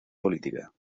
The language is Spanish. política